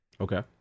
Okay